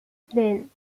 then